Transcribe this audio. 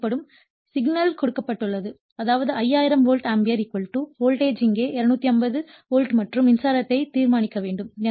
ஏ வழங்கப்படும் சிக்கலில் கொடுக்கப்பட்டுள்ளது அதாவது 5000 வோல்ட் ஆம்பியர் வோல்டேஜ் இங்கே 250 வோல்ட் மற்றும் மின்சாரத்தை தீர்மானிக்க வேண்டும்